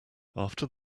after